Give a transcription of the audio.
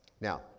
Now